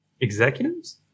executives